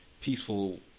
peaceful